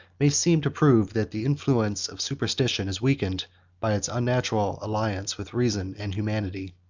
may seem to prove, that the influence of superstition is weakened by its unnatural alliance with reason and humanity.